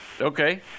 Okay